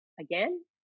again